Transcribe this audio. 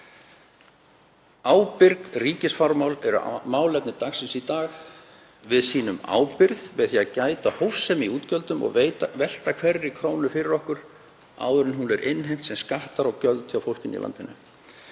Ábyrg ríkisfjármál eru málefni dagsins í dag. Við sýnum ábyrgð með því að gæta hófsemi í útgjöldum og velta hverri krónu fyrir okkur áður en hún er innheimt sem skattar og gjöld hjá fólkinu í landinu.